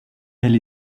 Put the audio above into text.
elle